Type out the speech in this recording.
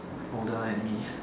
like older than me